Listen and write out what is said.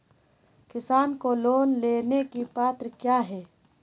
किसान को लोन लेने की पत्रा क्या है?